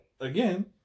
again